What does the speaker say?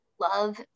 love